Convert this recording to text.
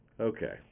Okay